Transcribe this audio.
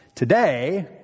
Today